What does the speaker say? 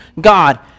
God